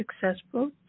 successful